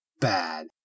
bad